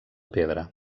pedra